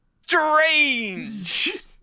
Strange